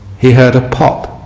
he had a pop